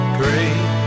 great